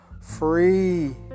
free